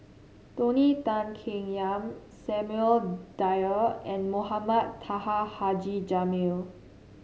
Tony Tan Keng Yam Samuel Dyer and Mohamed Taha Haji Jamil